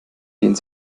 dehnt